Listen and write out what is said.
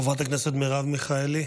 חברת הכנסת מרב מיכאלי,